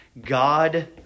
God